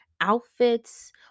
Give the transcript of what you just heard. outfits